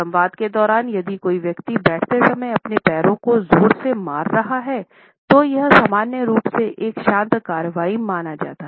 संवाद के दौरान यदि कोई व्यक्ति बैठते समय अपने पैर को जोर से मार रहा है तो यह सामान्य रूप से एक शांत कार्रवाई माना जाता है